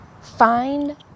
find